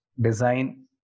design